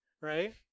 Right